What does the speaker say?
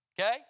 Okay